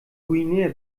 guinea